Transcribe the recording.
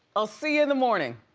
i'll see you in the morning.